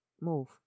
Move